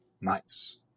Nice